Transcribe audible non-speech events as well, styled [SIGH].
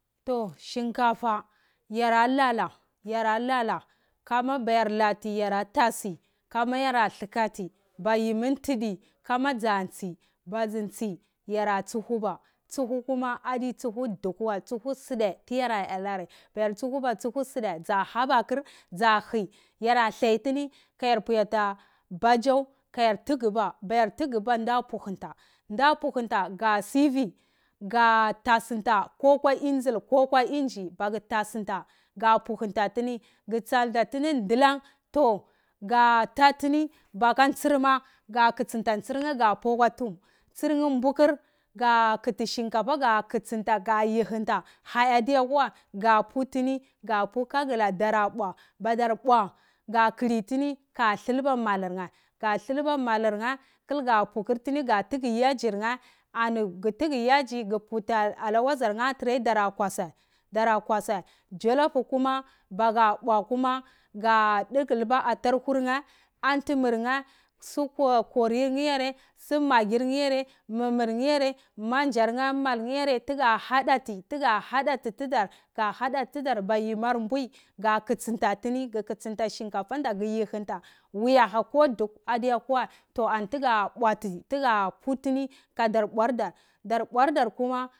Toh shinkafa yara lala kama bayar lati yara tasi kamara hlakati ba yemi tidi kama zarisi bazi tsiyara zulaua, zuku koma adi zuku dukuwa zuku side iyara anari, bayar zukuba sa haba kur sa hi yara thali tini ka yarmbuyi tini ata bajaw kayar tukuba, bayar tukuba da puhunta, da puhunta ka sifi, ka tasinta ko ka insil ko engine, baku tosinta ka mbuhunta tini gu saltatini dulank tah ga tatini baka tsir ma ka kusinta tini ka pu kwa duhum tsir ye bukur ka kuti shinkafa ka kutsinta ka yihinta hie ada kwuwa ka putini ka pukakula ara mbuwa badar mbuwa ka klitini ka thilba mal ye, ka thilba mal ye kul ka bukurtini ka tiki yajirye ani ku tiki yaji an ku buti na wazarye a tre ani dara kwaze dara kwaze jalop kuma [UNINTELLIGIBLE] haka mbwa ka diklba atarku, andumrye, kori, maggin yine, malnumne, majun vur du hadati tutar ba yimar buwo ka kusun datir kusunta shinkafa ku yuhnta hi ko duku ade kwawaye duka bawati ta ke butuni ka da bwar dar dar buartar kuma